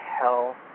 hell